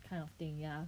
kind of thing ya